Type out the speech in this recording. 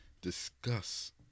discuss